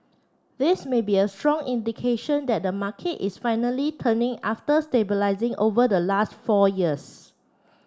this may be a strong indication that the market is finally turning after stabilising over the last four years